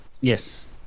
Yes